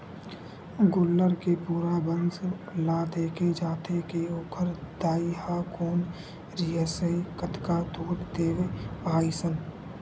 गोल्लर के पूरा वंस ल देखे जाथे के ओखर दाई ह कोन रिहिसए कतका दूद देवय अइसन